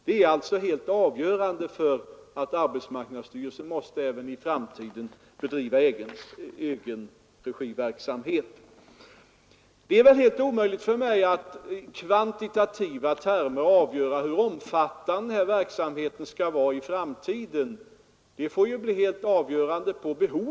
Detta är alltså helt avgörande för att arbetsmarknadsstyrelsen även i framtiden måste bedriva egenregiverksamhet. Det är väl helt omöjligt för mig att i kvantitativa termer ange hur omfattande den här verksamheten skall vara i framtiden — det får behovet avgöra.